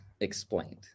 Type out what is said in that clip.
explained